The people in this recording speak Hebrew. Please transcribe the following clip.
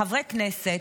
חברי כנסת,